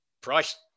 price